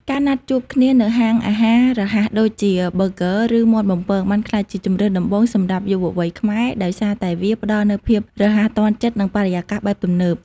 ការណាត់ជួបគ្នានៅហាងអាហាររហ័សដូចជា ប៊ឺហ្គឺ ឬមាន់បំពង បានក្លាយជាជម្រើសដំបូងសម្រាប់យុវវ័យខ្មែរ ដោយសារតែវាផ្ដល់នូវភាពរហ័សទាន់ចិត្ត និងបរិយាកាសបែបទំនើប។